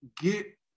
get